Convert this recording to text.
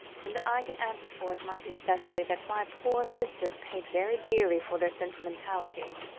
and i can answer for it, my dear cicely, that my poor sisters paid very dearly for their sentimentality.